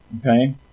Okay